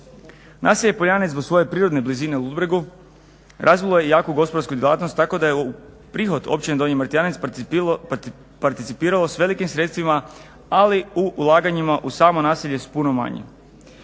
Naselje POljanec zbog svoje prirodne blizine Ludbregu razvilo je jaku gospodarsku djelatnost tako da je prihod Općine Donji Martijanec participiralo sa velikim sredstvima ali u ulaganjima u samo naselje s puno manje.